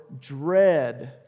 dread